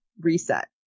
reset